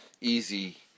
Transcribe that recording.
easy